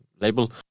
label